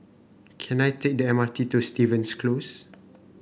can I take the M R T to Stevens Close